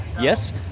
yes